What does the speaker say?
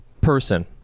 person